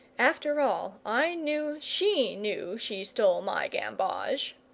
after all, i knew she knew she stole my gamboge.